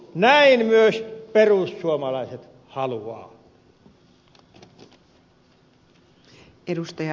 näin myös perussuomalaiset haluavat